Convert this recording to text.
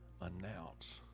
announce